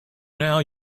now